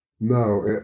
No